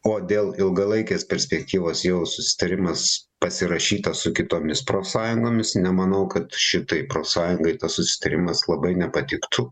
o dėl ilgalaikės perspektyvos jau susitarimas pasirašytas su kitomis profsąjungomis nemanau kad šitai profsąjungai tas susitarimas labai nepatiktų